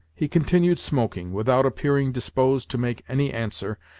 he continued smoking, without appearing disposed to make any answer,